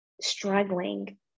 struggling